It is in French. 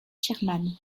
sherman